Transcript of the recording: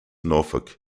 norfolk